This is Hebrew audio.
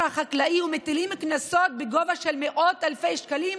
החקלאי ומטילים קנסות בגובה של מאות אלפי שקלים